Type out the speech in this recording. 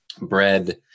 bread